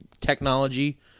technology